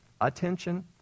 attention